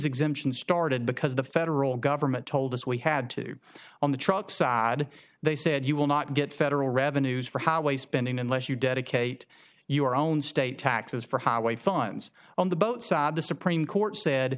exemptions started because the federal government told us we had two on the truck side they said you will not get federal revenues for how a spending unless you dedicate your own state taxes for highway funds on the boats the supreme court said